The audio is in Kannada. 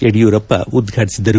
ಯಡಿಯೂರಪ್ಪ ಉದ್ಘಾಟಿಸಿದರು